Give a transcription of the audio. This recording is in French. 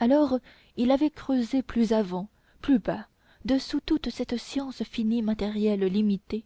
alors il avait creusé plus avant plus bas dessous toute cette science finie matérielle limitée